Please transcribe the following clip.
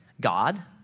God